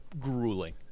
grueling